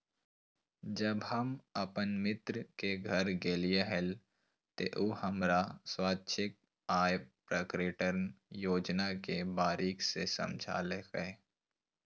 जब हम अपन मित्र के घर गेलिये हल, त उ हमरा स्वैच्छिक आय प्रकटिकरण योजना के बारीकि से समझयलकय